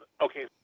Okay